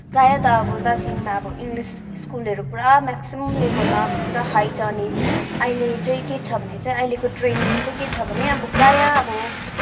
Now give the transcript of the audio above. प्रायः त दार्जिलिङमा अब इङ्लिस् स्कुलहरू पुरा मेक्सिमम लेभेलमा पुरा हाई छ अनि अहिले चाहिँ के छ भने चाहिँ अहिलेको ट्रेन्डिङ चाहिँ के छ भने प्रायः अब